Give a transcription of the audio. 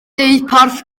deuparth